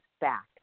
back